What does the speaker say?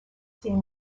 seen